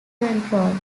control